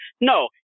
no